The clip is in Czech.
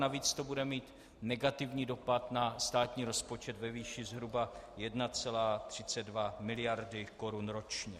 Navíc to bude mít negativní dopad na státní rozpočet ve výši zhruba 1,32 miliardy korun ročně.